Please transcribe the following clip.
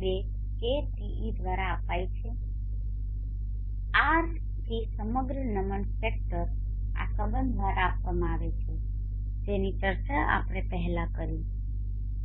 132 kte દ્વારા આપવામાં આવે છે rt સમગ્ર નમન ફેક્ટર આ સંબંધ દ્વારા આપવામાં આવે છે જેની ચર્ચા આપણે પહેલાં કરી